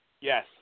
Yes